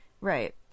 Right